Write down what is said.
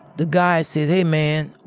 the guy said, hey, man.